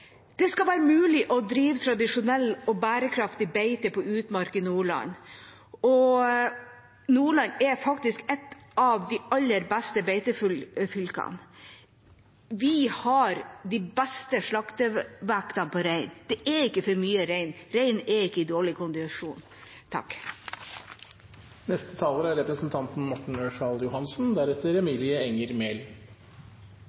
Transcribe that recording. det skal være mulig å drive med rein i Nordland. Det skal være mulig å drive tradisjonelt og bærekraftig beite på utmark i Nordland, og Nordland er faktisk et av de aller beste beitefylkene. Vi har de beste slaktevektene på rein. Det er ikke for mye rein. Rein er ikke i dårlig kondisjon.